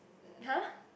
!huh!